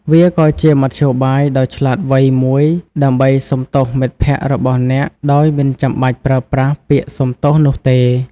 វាក៏ជាមធ្យោបាយដ៏ឆ្លាតវៃមួយដើម្បីសុំទោសមិត្តភក្តិរបស់អ្នកដោយមិនចាំបាច់ប្រើប្រាស់ពាក្យសុំទោសនោះទេ។